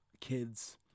kids